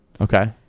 Okay